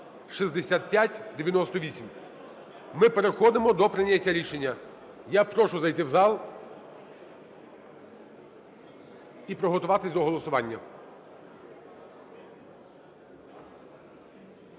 (6598). Ми переходимо до прийняття рішення. Я прошу зайти в зал і приготуватись до голосування.